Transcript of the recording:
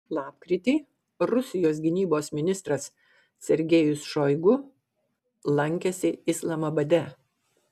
lapkritį rusijos gynybos ministras sergejus šoigu lankėsi islamabade